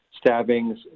stabbings